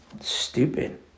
Stupid